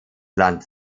land